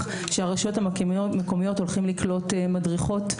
שהרשויות המקומיות הולכות לקלוט מדריכות,